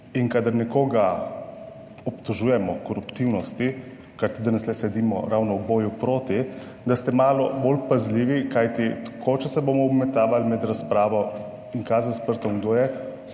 in kadar nekoga obtožujemo koruptivnosti, kajti danes tu sedimo ravno v boju proti, da ste malo bolj pazljivi. Kajti ko, če se bomo obmetavali med razpravo in kazali s prstom, kdo je